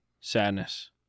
sadness